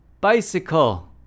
bicycle